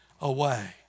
away